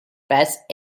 passed